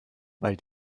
weil